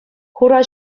хура